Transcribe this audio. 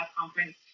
conference